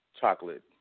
chocolate